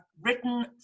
written